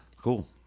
Cool